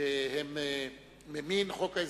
שהם ממין חוק ההסדרים,